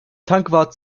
tankwart